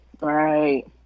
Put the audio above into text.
Right